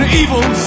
evil